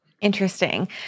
Interesting